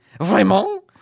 Vraiment